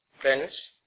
Friends